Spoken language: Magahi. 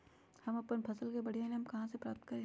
हम अपन फसल से बढ़िया ईनाम कहाँ से प्राप्त करी?